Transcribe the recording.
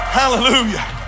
hallelujah